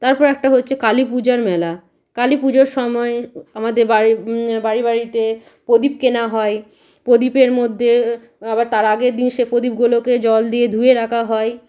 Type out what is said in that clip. তারপর একটা হচ্ছে কালী পূজার মেলা কালী পূজার সময় আমাদের বাড়ির বাড়ি বাড়িতে প্রদীপ কেনা হয় প্রদীপের মধ্যে আবার তার আগের দিন সে প্রদীপগুলোকে জল দিয়ে ধুয়ে রাখা হয়